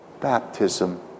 baptism